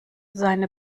seine